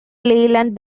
leyland